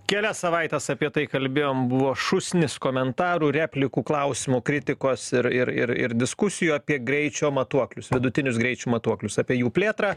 kelias savaites apie tai kalbėjom buvo šūsnis komentarų replikų klausimų kritikos ir ir ir ir diskusijų apie greičio matuoklius vidutinius greičių matuoklius apie jų plėtrą